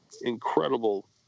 incredible